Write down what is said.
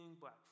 Black